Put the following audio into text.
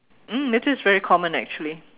mm it is very common actually